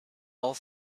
all